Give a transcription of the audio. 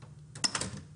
של